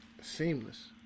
seamless